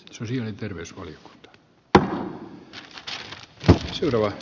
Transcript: sosiaali terveys oli tuhonnut rönsyt ovat